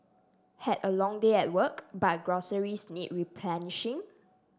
had a long day at work but groceries need replenishing